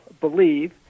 believe